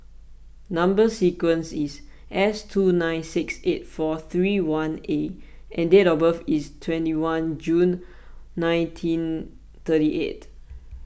Number Sequence is S two nine six eight four three one A and date of birth is twenty one June nineteen thirty eight